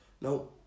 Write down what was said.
no